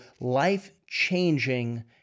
life-changing